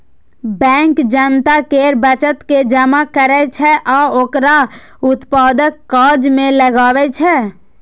bank जनता केर बचत के जमा करै छै आ ओकरा उत्पादक काज मे लगबै छै